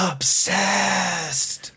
Obsessed